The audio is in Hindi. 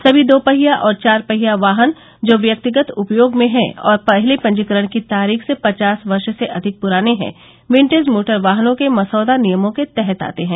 सभी दोपहिया और चार पहिया वाहन जो व्यक्तिगत उपयोग में हैं और पहली पंजीकरण की तारीख से पचास वर्ष से अधिक प्राने हैं विंटेज मोटर वाहनों के मसौदा नियमों के तहत आते हैं